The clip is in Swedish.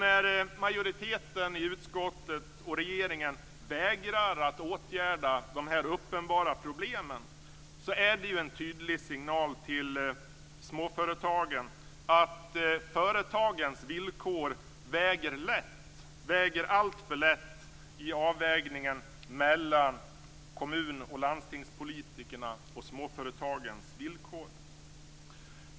När majoriteten i utskottet och regeringen vägrar att åtgärda dessa uppenbara problem är det en tydlig signal till småföretagare att företagarens villkor alltför lätt i avvägningen mellan kommun och landstingspolitikerna och småföretagens villkor.